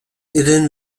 helene